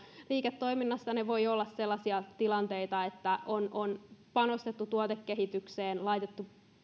liiketoiminnassa ne voivat olla sellaisia tilanteita että on on panostettu tuotekehitykseen laitettu